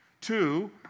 Two